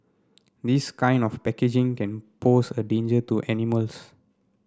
this kind of packaging can pose a danger to animals